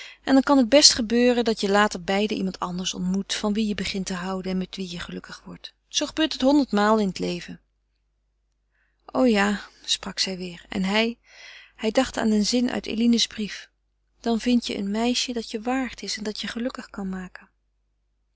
en dan kan het best gebeuren dat je later beiden iemand anders ontmoet van wien je begint te houden en met wien je gelukkig wordt zoo gebeurt het honderdmaal in het leven o ja sprak zij weêr en hij hij dacht aan een zin uit eline's brief dan vindt je een meisje dat je waard is en dat je gelukkig kan maken